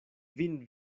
vin